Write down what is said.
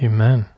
Amen